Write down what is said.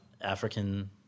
African